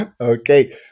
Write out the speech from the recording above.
Okay